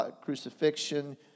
crucifixion